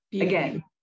again